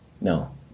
no